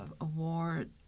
award